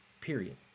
Period